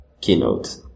keynote